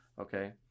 Okay